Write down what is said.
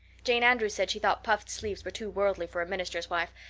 jane andrews said she thought puffed sleeves were too worldly for a minister's wife,